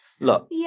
Look